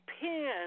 pin